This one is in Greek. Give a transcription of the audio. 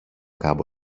κάμπο